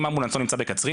אם האמבולנס לא נמצא בקצרין,